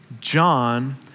John